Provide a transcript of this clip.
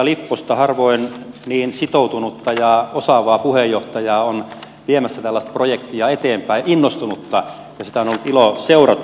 harvoin niin sitoutunutta ja osaavaa puheenjohtajaa on viemässä tällaista projektia eteenpäin innostunutta ja sitä on ollut ilo seurata